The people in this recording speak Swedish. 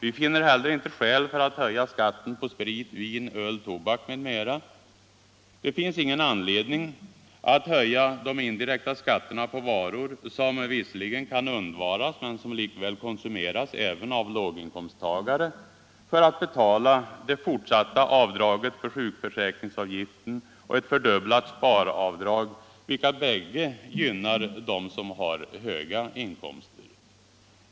Vi finner heller inte skäl för att höja skatten på sprit, vin, öl, tobak m.m. Det finns ingen anledning att höja de indirekta skatterna på varor, som visserligen kan undvaras men som likväl konsumeras även av låginkomsttagare, för att betala det fortsatta avdraget för sjukförsäkringsavgiften och ett fördubblat sparavdrag, vilka bägge gynnar dem som har höga inkomster.